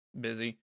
busy